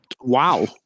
Wow